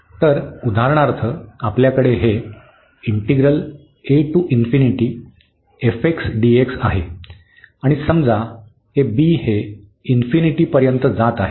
तर उदाहरणार्थ आपल्याकडे हे आहे आणि समजा हे b हे पर्यंत जात आहे